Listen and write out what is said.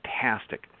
Fantastic